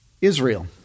Israel